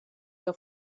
que